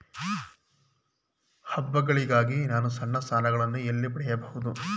ಹಬ್ಬಗಳಿಗಾಗಿ ನಾನು ಸಣ್ಣ ಸಾಲಗಳನ್ನು ಎಲ್ಲಿ ಪಡೆಯಬಹುದು?